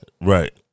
Right